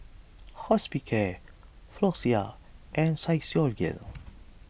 Hospicare Floxia and Physiogel